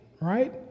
right